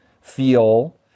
feel